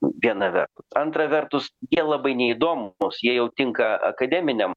viena vertus antra vertus jie labai neįdomūs jie jau tinka akademiniam